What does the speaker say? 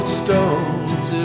stones